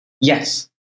yes